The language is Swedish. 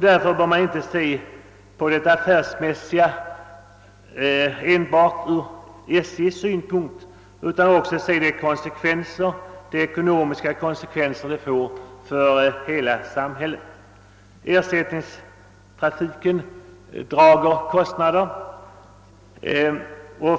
Därför bör man inte se detta enbart ur de affärsmässiga synpunkter som SJ anlägger, utan man måste också se till de ekonomiska konsekvenserna för hela samhället. Ersättningstrafiken drar dock kostnader,